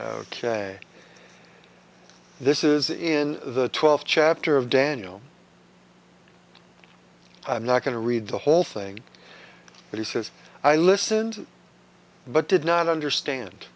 daniel this is in the twelfth chapter of daniel i'm not going to read the whole thing but he says i listened but did not understand